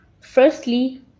Firstly